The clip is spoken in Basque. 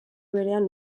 berean